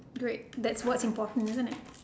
great that's what important isn't it